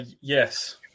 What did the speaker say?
yes